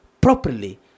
properly